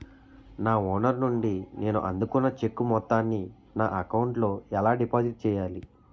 నా ఓనర్ నుండి నేను అందుకున్న చెక్కు మొత్తాన్ని నా అకౌంట్ లోఎలా డిపాజిట్ చేయాలి?